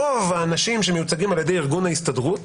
רוב האנשים שמיוצגים על-ידי ארגון ההסתדרות